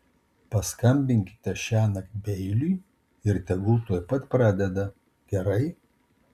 paskambinkite šiąnakt beiliui ir tegul tuoj pat pradeda gerai